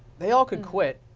they often quit.